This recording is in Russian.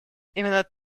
именно